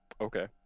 Okay